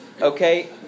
Okay